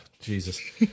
Jesus